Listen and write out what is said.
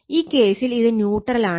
ഈ കേസിൽ ഇത് ന്യൂട്രൽ ആണ്